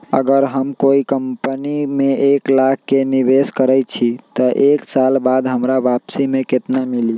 अगर हम कोई कंपनी में एक लाख के निवेस करईछी त एक साल बाद हमरा वापसी में केतना मिली?